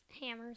hammers